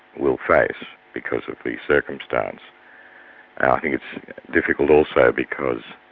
will face because of the circumstance. and i think it's difficult also because